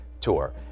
tour